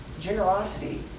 generosity